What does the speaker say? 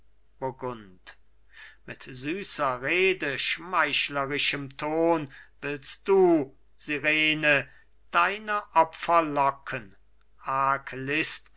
mit süßer rede schmeichlerischem ton willst du sirene deine